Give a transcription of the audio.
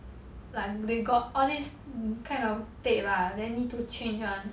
and they got all these kind of tape lah then need to change [one]